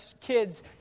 kids